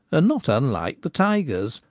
and not unlike the tiger's,